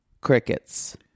Crickets